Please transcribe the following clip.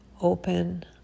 Open